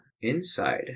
inside